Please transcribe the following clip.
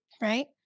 Right